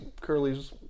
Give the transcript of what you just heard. Curly's